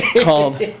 called